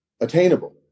attainable